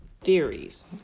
theories